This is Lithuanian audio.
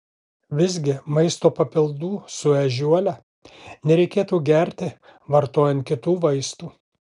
visgi maisto papildų su ežiuole nereikėtų gerti vartojant kitų vaistų